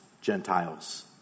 Gentiles